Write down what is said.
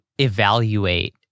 evaluate